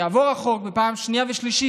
שכשיעבור החוק בקריאה שנייה ושלישית,